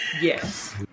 yes